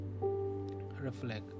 reflect